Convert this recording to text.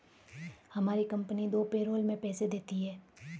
हमारी कंपनी दो पैरोल में पैसे देती है